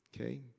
Okay